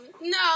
no